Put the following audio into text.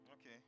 Okay